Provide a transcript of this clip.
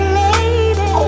lady